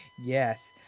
Yes